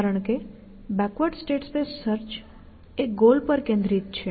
કારણ કે backward state space search એ ગોલ પર કેન્દ્રિત છે